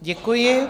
Děkuji.